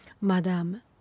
Madame